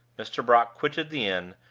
mr. brock quitted the inn,